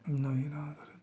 ಇನ್ನು ಏನಾದರು